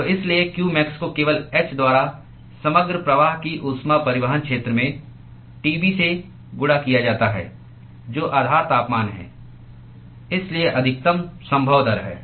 तो इसलिए qmax को केवल h द्वारा समग्र प्रवाहकीय ऊष्मा परिवहन क्षेत्र में Tb से गुणा किया जाता है जो आधार तापमान है इसलिए अधिकतम संभव दर है